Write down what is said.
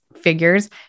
figures